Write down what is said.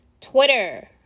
Twitter